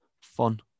fun